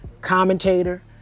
commentator